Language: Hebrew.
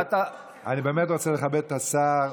אני באמת רוצה לכבד את השר,